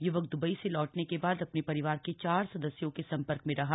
य्वक द्बई से लौटने के बाद अपने परिवार के चार सदस्यों के संपर्क में रहा